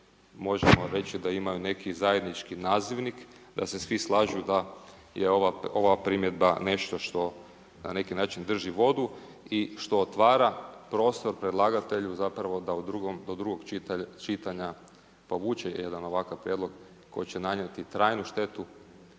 možemo reći da imaju neki zajednički nazivnik da se svi slažu da je ova primjedba nešto što na neki način drži vodu i što otvara prostor predlagatelju zapravo da do drugog čitanja povuče jedan ovakav prijedlog koji će nanijeti trajnu štetu